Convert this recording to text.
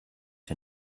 her